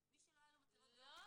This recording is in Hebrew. מי שלא היו לו מצלמות --- לא,